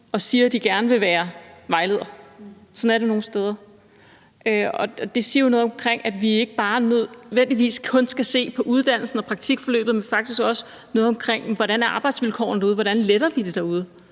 og siger, at de gerne vil være vejleder. Sådan er det nogle steder. Det siger noget om, at vi ikke nødvendigvis kun skal se på uddannelsen og praktikforløbet, men faktisk også på, hvordan arbejdsvilkårene er derude, og hvordan vi letter det derude